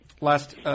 last –